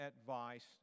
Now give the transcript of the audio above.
advice